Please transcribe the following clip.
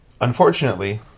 Unfortunately